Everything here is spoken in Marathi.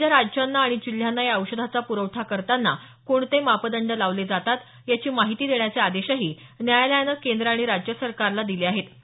विविध राज्यांना आणि जिल्ह्यांना या औषधाचा प्रवठा करताना कोणते मापदंड लावले जातात याची माहिती देण्याचे आदेशही न्यायालयानं केंद्र आणि राज्य सरकारला दिले आहेत